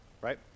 right